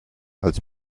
als